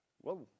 Whoa